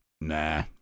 Nah